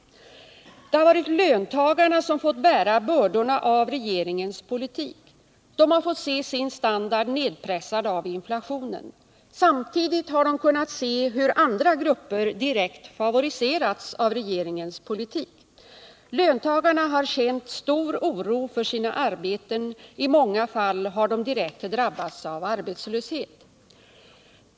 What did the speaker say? Det har varit löntagarna som fått bära bördorna av regeringens politik. De har fått se sin standard nedpressad av inflationen. Samtidigt har de kunnat se hur andra grupper direkt favoriserats av regeringens politik. Löntagarna har känt stor oro för sina arbeten. I många fall har de direkt drabbats av arbetslöshet.